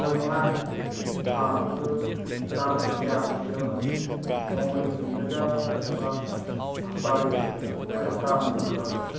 room ꯃꯉꯥ ꯑꯥ ꯑꯗꯨ ꯆꯥꯔꯖ ꯀꯌꯥ ꯑꯣꯏꯒꯗꯕꯅꯣ ꯅꯣꯡꯃꯒꯤ ꯑꯣꯏꯔꯛꯀꯗꯣꯏꯔ ꯅꯠꯇ꯭ꯔꯒ ꯍꯞꯇꯥꯒꯤ ꯑꯣꯏꯒꯗꯣꯏꯔꯣ ꯑꯩꯈꯣꯏ ꯍꯞꯇꯥ ꯑꯃ ꯂꯩꯒꯗꯕꯅꯤꯕ